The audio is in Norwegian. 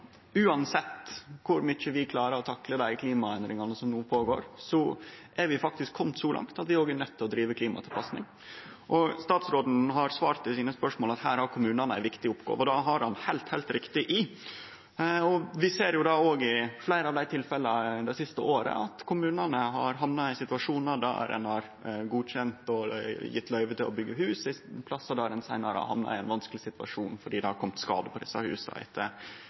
Uansett kor mykje vi klarer å takle dei klimaendringane som no går føre seg, er vi faktisk komne så langt at vi er nøydde til å drive klimatilpassing. Statsråden har svart ved sine spørsmål at her har kommunane ei viktig oppgåve, og det har han heilt rett i. Vi ser òg i fleire tilfelle det siste året at kommunane har hamna i ein situasjon der ein har godkjent og gjeve løyve til å byggje hus på plassar der ein seinare har hamna i ein vanskeleg situasjon fordi det har blitt skadar på desse husa